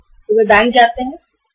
वे bank के पास जाएंगे